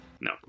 No